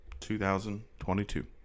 2022